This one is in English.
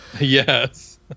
yes